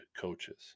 coaches